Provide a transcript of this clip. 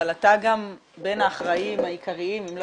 אבל אתה גם בין האחראים העיקריים אם לא